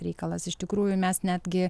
reikalas iš tikrųjų mes netgi